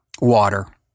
water